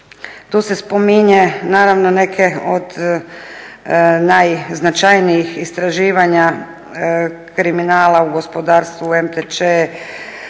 Tu se spominju naravno neke od najznačajnijih istraživanja kriminala u gospodarstvu, u MTČ,